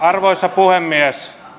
arvoisa puhemies